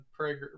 Prager